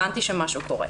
הבנתי שמשהו קורה.